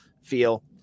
feel